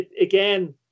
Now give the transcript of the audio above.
again